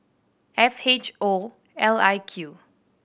F H O L I Q